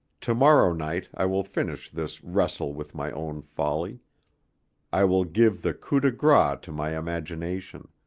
to-morrow night i will finish this wrestle with my own folly i will give the coup de grace to my imagination.